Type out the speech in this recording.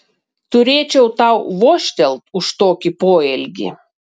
turėčiau tau vožtelt už tokį poelgį